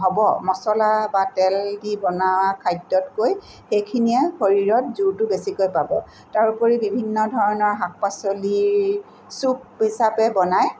হ'ব মচলা বা তেল দি বনাৱা খাদ্যতকৈ সেইখিনিয়ে শৰীৰত জোৰটো বেছিকৈ পাব তাৰ উপৰি বিভিন্ন ধৰণৰ শাক পাচলি চুপ হিচাপে বনাই